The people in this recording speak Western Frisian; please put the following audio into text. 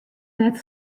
net